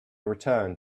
returned